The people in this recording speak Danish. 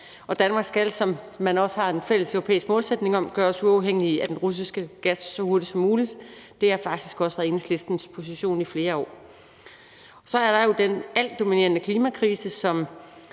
Danmark skal, som man også har en fælles europæisk målsætning om, gøres uafhængig af den russiske gas så hurtigt som muligt. Det har faktisk også været Enhedslistens position i flere år. Så er der jo for det andet den altdominerende klimakrise,